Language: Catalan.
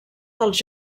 dels